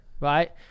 right